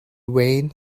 wayne